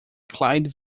clyde